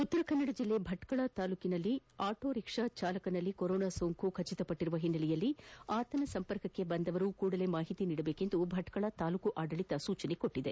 ಉತ್ತರಕನ್ನದ ಜಿಲ್ಲೆ ಭಟ್ಕಳ ತಾಲೂಕಿನ auto rickshaw ಚಾಲಕನಲ್ಲಿ corona ಸೋಂಕು ಹಿನ್ನೆಲೆಯಲ್ಲಿ ಆತನ ಸಂಪರ್ಕಕ್ಕೆ ಬಂದವರು ಕೂಡಲೇ ಮಾಹಿತಿ ನೀಡುವಂತೆ ಭಟ್ಕಳ ತಾಲೂಕು ಆಡಳಿತ ಸೂಚಿಸಿದೆ